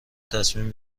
تصمیم